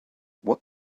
what